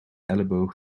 elleboog